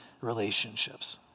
relationships